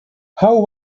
how